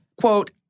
quote